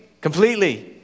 completely